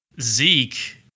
Zeke